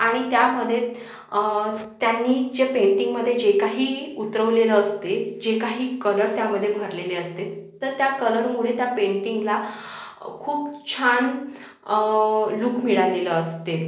आणि त्यामध्ये त्यांनी चे पेंटिंगमध्ये जे काही उतरवलेलं असते जे काही कलर त्यामध्ये भरलेले असते तर त्या कलरमुळे त्या पेंटिंगला खूप छान लूक मिळालेलं असते